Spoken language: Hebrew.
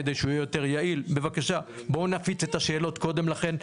כדי שהוא יהיה יותר יעיל בבקשה בואו נפיץ קודם את השאלות קודם לכן,